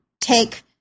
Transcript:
take